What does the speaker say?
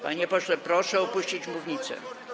Panie pośle, proszę opuścić mównicę.